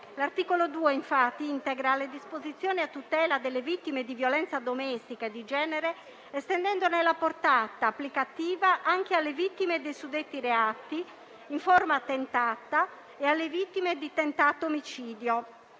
L'articolo 2, infatti, integra le disposizioni a tutela delle vittime di violenza domestica e di genere estendendone la portata applicativa anche alle vittime dei suddetti reati in forma tentata e alle vittime di tentato omicidio.